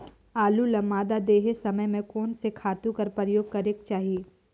आलू ल मादा देहे समय म कोन से खातु कर प्रयोग करेके चाही?